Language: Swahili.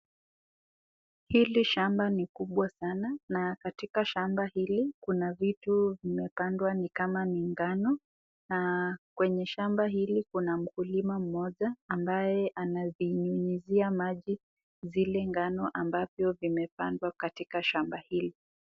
Hili shamba ni kubwa sana na katika shamba hili kuna vitu vimepandwa ni kama ni ngano na kwenye shamba hili kuna mkulima mmoja ambaye anazinyunyizia maji zile ngazo ambavyo vimepandwa katika shamba hili.